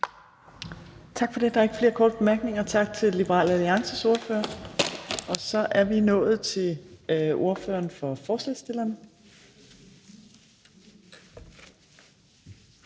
Tak for det. Der er ikke flere korte bemærkninger. Tak til Liberal Alliances ordfører. Så er vi nået til ordføreren for forslagsstillerne.